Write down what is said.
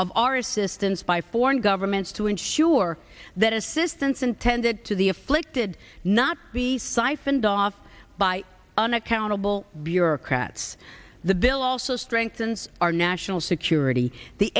of our assistance by foreign governments to ensure that assistance intended to the afflicted not be siphoned off by unaccountable bureaucrats the bill also strengthens our national security the